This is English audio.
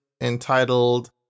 entitled